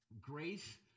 grace